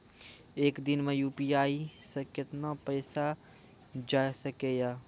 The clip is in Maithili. एक दिन मे यु.पी.आई से कितना पैसा जाय सके या?